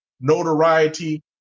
notoriety